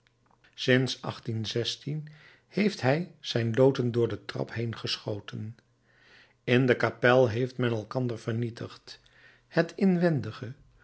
sinds heeft hij zijn loten door de trap heen geschoten in de kapel heeft men elkander vernietigd het inwendige